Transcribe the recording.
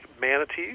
Manatees